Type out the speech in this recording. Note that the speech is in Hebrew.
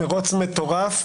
מרוץ מטורף,